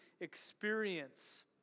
experience